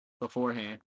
beforehand